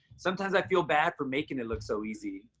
sometimes i feel bad for making it look so easy.